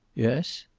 yes?